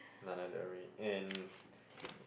Lana-Del-Ray and